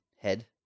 head